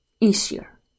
easier